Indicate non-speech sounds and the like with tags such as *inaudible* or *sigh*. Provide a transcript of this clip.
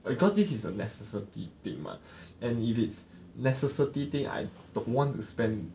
because this is a necessity thing mah *breath* and if it's necessity thing I don't want to spend